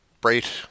bright